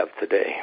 today